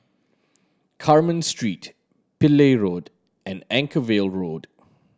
Carmen Street Pillai Road and Anchorvale Road